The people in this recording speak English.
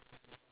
K